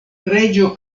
reĝo